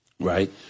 Right